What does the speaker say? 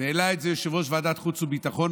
והעלה את זה יושב-ראש ועדת חוץ וביטחון,